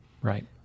Right